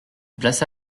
plaça